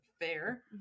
Fair